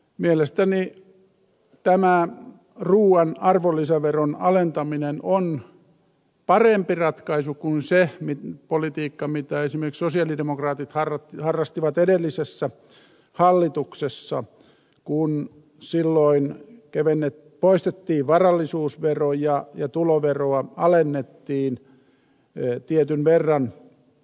mielestäni tämä ruuan arvonlisäveron alentaminen on parempi ratkaisu kuin se politiikka mitä esimerkiksi sosialidemokraatit harrastivat edellisessä hallituksessa kun silloin poistettiin varallisuusvero ja tuloveroa alennettiin tietyn verran